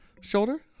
Shoulder